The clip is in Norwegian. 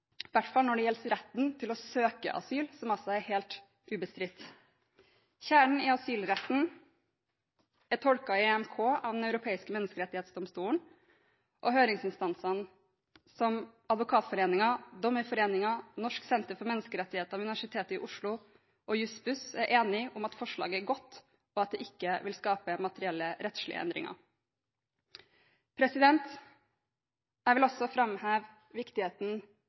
hvert fall når det gjelder retten til å søke asyl, som er helt ubestridt. Kjernen i asylretten er tolket i EMK av Den europeiske menneskerettsdomstol, og høringsinstansene, som Advokatforeningen, Dommerforeningen, Norsk Senter for menneskerettigheter ved Universitetet i Oslo og Juss-Buss, er enige om at forslaget er godt, og at det ikke vil skape materielle, rettslige endringer. Jeg vil også framheve viktigheten